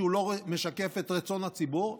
שלא משקף את רצון הציבור.